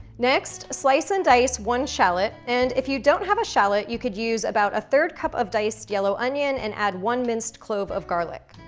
next, slice and dice one shallot, and if you don't have a shallot, you could use about a third cup of diced yellow onion, and add one minced clove of garlic.